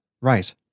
right